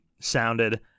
sounded